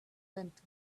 went